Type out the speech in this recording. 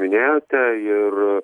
minėjote ir